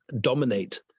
dominate